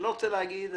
אני לא רוצה להגיד.